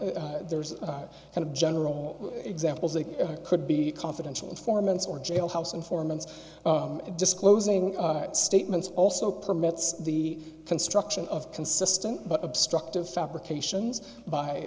there's a kind of general examples they could be confidential informants or jailhouse informants disclosing statements also permits the construction of consistent obstructive fabrications by